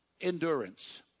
endurance